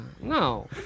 No